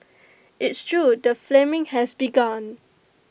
it's true the flaming has begun